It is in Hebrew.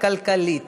התשע"ו 2016,